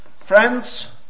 Friends